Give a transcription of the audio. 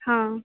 ہاں